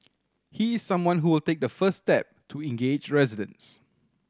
he is someone who will take the first step to engage residents